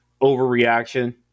overreaction